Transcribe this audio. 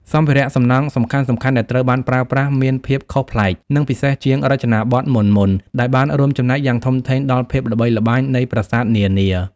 សម្ភារៈសំណង់សំខាន់ៗដែលត្រូវបានប្រើប្រាស់មានភាពខុសប្លែក និងពិសេសជាងរចនាបថមុនៗ ដែលបានរួមចំណែកយ៉ាងធំធេងដល់ភាពល្បីល្បាញនៃប្រាសាទនានា។